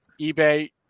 eBay